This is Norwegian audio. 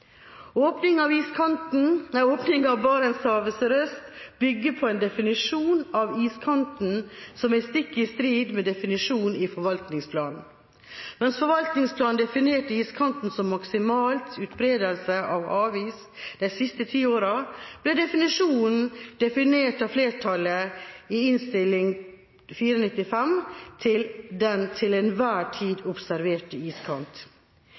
av Barentshavet sørøst bygger på en definisjon av «iskanten» som er stikk i strid med definisjonen i forvaltningsplanen. Mens forvaltningsplanen definerte iskanten som maksimal utbredelse av havis de siste ti årene, ble den av flertallet i Innst. 495 S for 2012–2013 definert som «den til enhver tid observerte iskant».